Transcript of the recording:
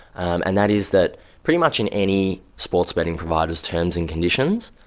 and that is that pretty much in any sports betting providers' terms and conditions,